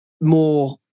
more